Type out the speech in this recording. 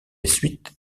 suite